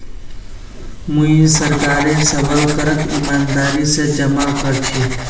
मुई सरकारेर सबल करक ईमानदारी स जमा कर छी